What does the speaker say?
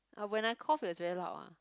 ah when I cough is very loud ah